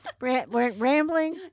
Rambling